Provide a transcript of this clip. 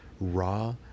raw